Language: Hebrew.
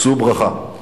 שאו ברכה.